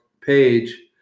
page